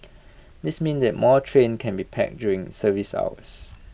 this means the more trains can be packed during service hours